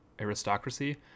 aristocracy